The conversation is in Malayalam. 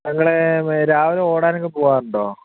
നിങ്ങളെ രാവിലെ ഓടാനൊക്കെ പോകാറുണ്ടോ